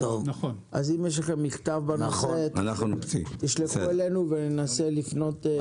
אם יש לכם מכתב בנושא תשלחו אלינו וננסה לטפל.